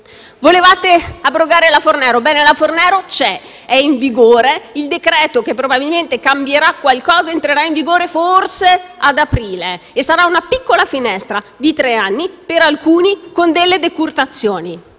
Volevate abrogare la Fornero. Ebbene, la Fornero c'è, è in vigore e il decreto che probabilmente cambierà qualcosa entrerà in vigore, forse, ad aprile e sarà una piccola finestra, di tre anni, per alcuni, con decurtazioni.